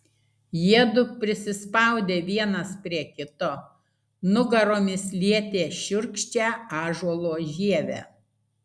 jiedu prisispaudė vienas prie kito nugaromis lietė šiurkščią ąžuolo žievę